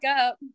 up